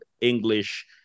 English